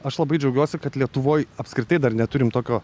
aš labai džiaugiuosi kad lietuvoj apskritai dar neturim tokio